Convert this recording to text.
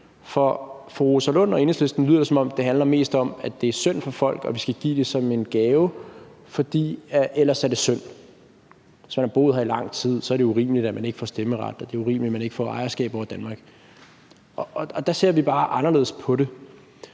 fru Rosa Lund og Enhedslisten lyder det, som om det mest handler om, at vi skal give det som en gave, fordi det ellers er synd for folk, altså at det, hvis man har boet her i lang tid, så er urimeligt, at man ikke får stemmeret, og det er urimeligt, at man ikke får ejerskab over Danmark. Og der ser vi bare anderledes på det.